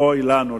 אוי לנו,